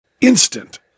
instant